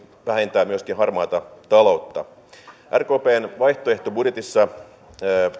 vähentää myöskin harmaata taloutta rkpn vaihtoehtobudjetissa